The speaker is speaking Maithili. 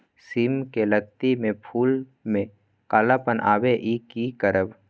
सिम के लत्ती में फुल में कालापन आवे इ कि करब?